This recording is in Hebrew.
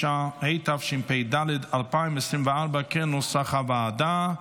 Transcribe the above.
9), התשפ"ד 2024, כנוסח הוועדה.